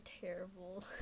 terrible